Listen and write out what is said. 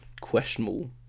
questionable